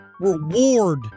reward